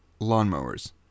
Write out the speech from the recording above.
lawnmowers